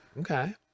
okay